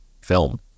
film